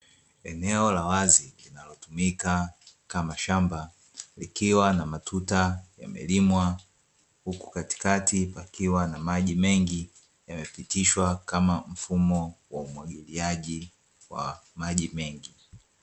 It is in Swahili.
Eneo la wazi, linalotumika kama shamba likiwa na matuta yamelimwa huku katikati pakiwa na maji mengi yamepitishwa kama mfumo wa umwagiliaji wa maji mengi.